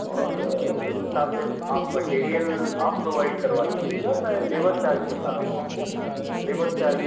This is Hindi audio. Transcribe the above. और उस हिसाब से आप मटेरियल आप प्रोवाइड करवा दीजिएगा मैं लेबर चार्ज बता रहा हूँ आपको कि लेबर चार्ज